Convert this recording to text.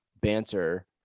banter